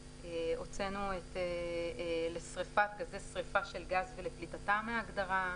הוצאנו את "לשריפת גזי שריפה של גז ולפליטתם" מההגדרה.